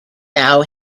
now